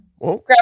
grab